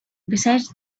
besides